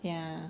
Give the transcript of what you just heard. yeah